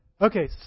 Okay